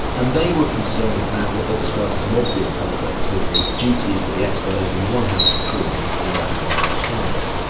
and they were concerned about what they described as an obvious conflict between the duties that the expert owes on the one hand to the court and on the other hand to their client.